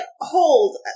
hold